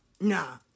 nah